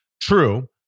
True